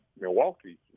Milwaukee